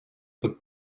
but